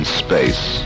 space